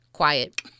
Quiet